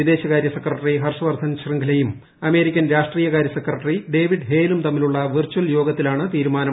വിദേശകാര്യ സെക്രട്ടറി ഹർഷ് വർധൻ ശ്രിംഗ്ലയും അമേരിക്കൻ രാഷ്ട്രീയ കാര്യ സെക്രട്ടറി ഡേവിഡ് ഹേലും തമ്മിലുള്ള വെർചൽ യോഗത്തിലാണ് തീരുമാനം